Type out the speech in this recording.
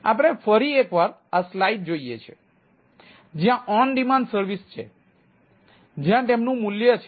આપણે ફરી એકવાર આ સ્લાઇડ જોઈએ છીએ જ્યાં ઓન ડિમાન્ડ સર્વિસ છે જ્યાં તેમનું મૂલ્ય છે